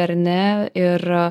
ar ne ir